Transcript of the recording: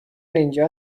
اینجا